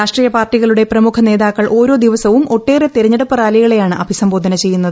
രാഷ്ട്രീയപാർട്ടികളുടെ പ്രമുഖ നേതാക്കൾ ഓരോ ദിവസവും ഒട്ടേറെ തെരഞ്ഞെടുപ്പ് റാലികളെയാണ് അഭിസംബോധന ചെയ്യുന്നത്